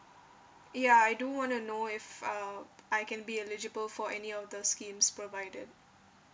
ya I do want to know if uh I can be eligible for any of the schemes provided